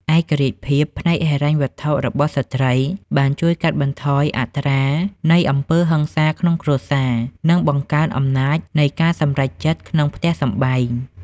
ឯករាជ្យភាពផ្នែកហិរញ្ញវត្ថុរបស់ស្ត្រីបានជួយកាត់បន្ថយអត្រានៃអំពើហិង្សាក្នុងគ្រួសារ និងបង្កើនអំណាចនៃការសម្រេចចិត្តក្នុងផ្ទះសម្បែង។